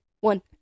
one